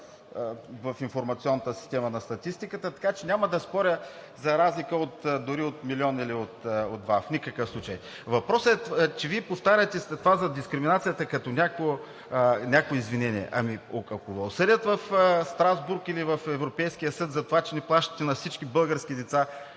в информационната система на Статистиката. Няма да споря за разлика дори от милион или от два – в никакъв случай. Въпросът е, че Вие повтаряте това за дискриминацията като някакво извинение. Ами ако ни осъдят в Страсбург или в Европейския съд за това, че не плащате на всички български деца